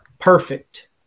perfect